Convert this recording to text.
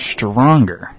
Stronger